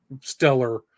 stellar